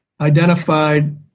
identified